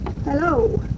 Hello